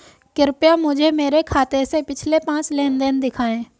कृपया मुझे मेरे खाते से पिछले पांच लेनदेन दिखाएं